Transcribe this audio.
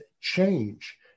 change